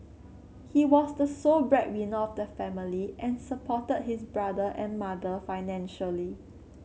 he was the sole breadwinner of the family and supported his brother and mother financially